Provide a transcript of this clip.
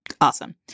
Awesome